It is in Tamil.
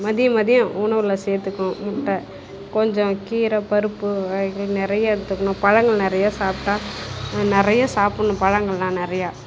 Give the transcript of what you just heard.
மதியம் மதியம் உணவில் சேர்த்துக்கணும் முட்டை கொஞ்சம் கீரை பருப்பு வகைகள் நிறைய எடுத்துக்கணும் பழங்கள் நிறைய சாப்பிடா நிறைய சாப்புடணும் பழங்கள்லாம் நிறையா